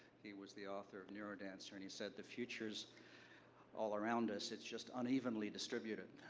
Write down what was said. he was the author of neurodancer, and he said, the future's all around us, it's just unevenly distributed.